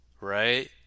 right